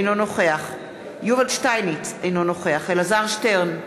אינו נוכח יובל שטייניץ, אינו נוכח אלעזר שטרן,